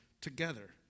together